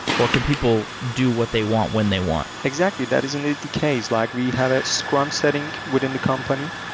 or can people do what they want when they want? exactly. that is and the case, like we have a scram setting within the company,